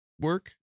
work